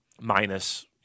minus